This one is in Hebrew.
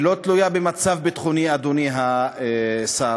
שלא תלויה במצב ביטחוני, אדוני השר,